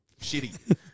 shitty